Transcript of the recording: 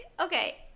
Okay